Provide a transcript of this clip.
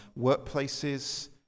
workplaces